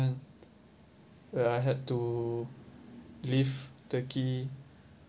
moment where I had to leave turkey